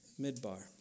Midbar